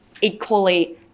equally